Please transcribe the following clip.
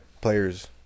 players